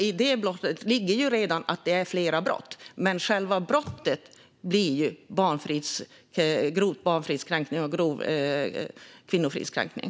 I det brottet ligger redan flera brott, men själva brottet blir grov barnfridskränkning och grov kvinnofridskränkning.